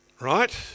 Right